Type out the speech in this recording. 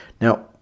Now